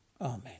Amen